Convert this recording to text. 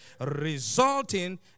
resulting